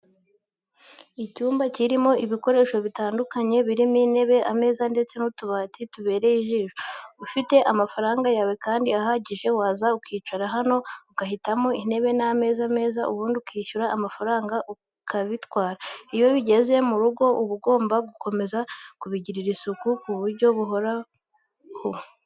Icyumba kirimo ibikoresho bitandukanye, birimo intebe, ameza ndetse n'utubati tubereye ijisho. Ufite amafaranga yawe kandi ahagije waza ukicara hano ugahitamo intebe n'ameza meza ubundi ukishyura amafaranga ukabitwara. Iyo bigeze mu rugo uba ugomba gukomeza kubigirira isuku ku buryo bihora bikeye.